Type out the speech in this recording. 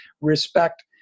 respect